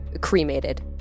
cremated